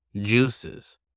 juices